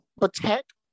protect